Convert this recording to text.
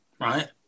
right